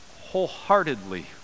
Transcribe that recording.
wholeheartedly